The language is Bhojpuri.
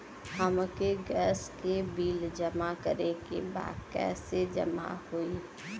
हमके गैस के बिल जमा करे के बा कैसे जमा होई?